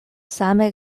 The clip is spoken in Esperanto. same